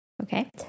Okay